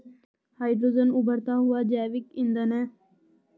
hydrogen उबरता हुआ जैविक ईंधन है